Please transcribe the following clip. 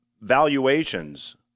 valuations